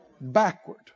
backward